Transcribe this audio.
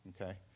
okay